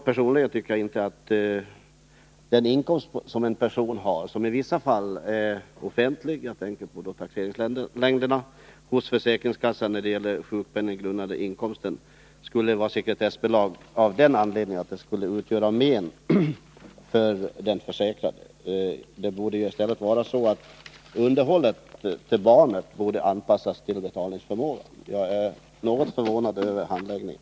Personligen tycker jag inte att en persons inkomst, som i vissa fall är offentlig — jag tänker på taxeringslängderna — hos försäkringskassan, när det gäller den sjukpenninggrundande inkomsten, skulle vara sekretessbelagd av den anledningen att uppgiften skulle utgöra men för den försäkrade. I stället borde underhållet till barnet anpassas till betalningsförmågan. Jag är något förvånad över handläggningen.